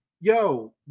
Yo